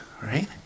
right